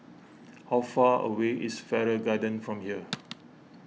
how far away is Farrer Garden from here